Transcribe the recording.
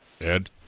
Ed